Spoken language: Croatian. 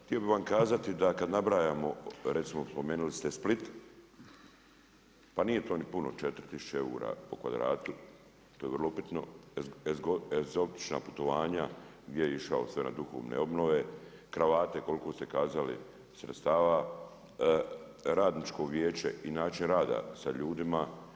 Htio bih vam kazati da kada nabrajamo, recimo spomenuli ste Split, pa nije to ni puno 4 tisuće eura po kvadratu, to je vrlo upitno, egzotična putova gdje je išao sve na duhovne obnove, kravate koliko ste kazali sredstava, radničko vijeće i način rada sa ljudima.